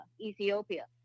Ethiopia